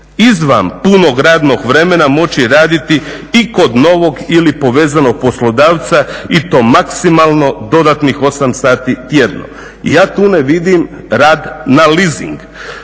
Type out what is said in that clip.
izvan punog radnog vremena moći raditi i kod novog ili povezanog poslodavca i to maksimalno dodatnih 8 sati tjedno. Ja tu ne vidim rad na leasing.